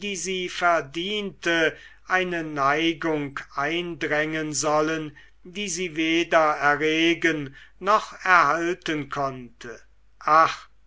sie verdiente eine neigung eindrängen sollen die sie weder erregen noch erhalten konnte ach